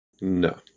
No